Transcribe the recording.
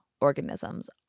organisms